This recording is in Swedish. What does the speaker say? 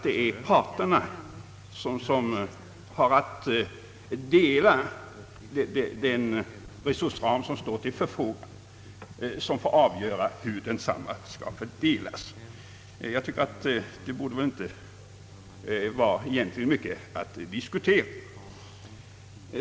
Det är parterna som har att dela resurserna inom den ram som står till förfogande, och de bör ha möjlighet att påverka fördelningen. Det borde egentligen inte vara mycket att diskutera.